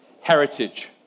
heritage